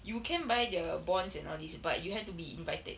you can buy their bonds and all this but you have to be invited